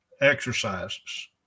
exercises